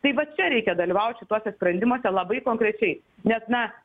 tai vat čia reikia dalyvaut šituose sprendimuose labai konkrečiai nes na